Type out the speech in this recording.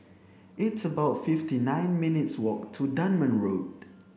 it's about fifty nine minutes' walk to Dunman Road